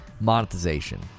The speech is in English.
monetization